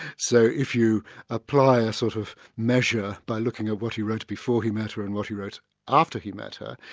so if you apply a sort of measure by looking at what he wrote before he met her and what he wrote after he met her,